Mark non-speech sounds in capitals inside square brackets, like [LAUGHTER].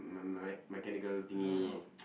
me~ mec~ mechanical thingy [NOISE]